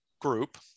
Group